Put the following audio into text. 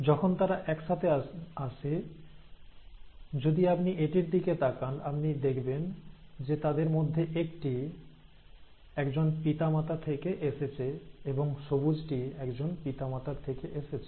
যখন তারা একসাথে আসে যদি আপনি এটির দিকে তাকান আপনি দেখবেন যে তাদের মধ্যে একটি একজন পিতামাতা থেকে এসেছে এবং সবুজটি একজন পিতামাতার থেকে এসেছে